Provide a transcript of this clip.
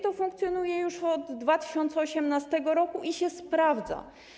To funkcjonuje już od 2018 r. i się sprawdza.